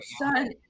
son